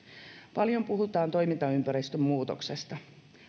paljon puhutaan toimintaympäristön muutoksesta